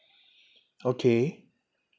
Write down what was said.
okay